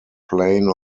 plain